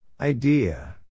Idea